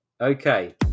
Okay